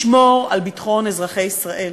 לשמור על ביטחון אזרחי ישראל.